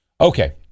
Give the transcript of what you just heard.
Okay